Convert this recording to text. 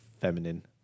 feminine